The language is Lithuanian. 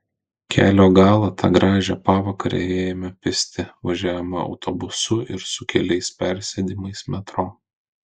kelio galą tą gražią pavakarę ėjome pėsti važiavome autobusu ir su keliais persėdimais metro